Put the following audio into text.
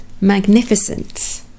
Magnificent